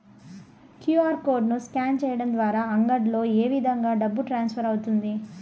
QR code ను scan సేయడం ద్వారా అంగడ్లలో ఏ విధంగా డబ్బు ట్రాన్స్ఫర్ అవుతుంది